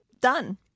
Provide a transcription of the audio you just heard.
Done